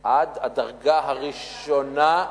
עד הדרגה הראשונה,